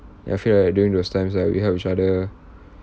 ya I feel like during those times ah we help each other